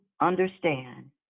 understand